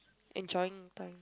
enjoying the time